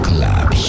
Club